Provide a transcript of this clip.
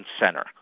center